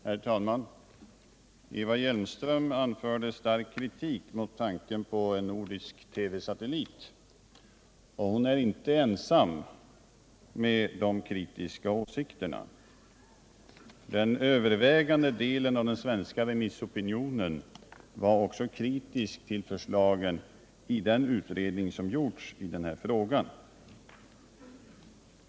Herr talman! Eva Hjelmström anförde stark kritik mot tanken på en nordisk TV-satellit, och hon är inte ensam om dessa kritiska åsikter. Den övervägande delen av den svenska remissopinionen var kritisk mot förslagen i den utredning som gjorts i denna fråga.